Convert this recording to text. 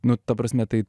nu ta prasme tai